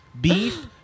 beef